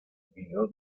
vivió